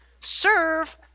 Serve